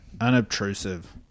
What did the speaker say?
Unobtrusive